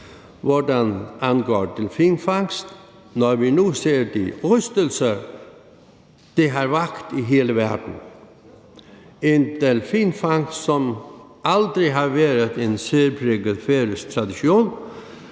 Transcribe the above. hvad angår delfinfangst, når vi nu ser de rystelser, det har givet i hele verden. En delfinfangst, som aldrig har været en særpræget færøsk tradition,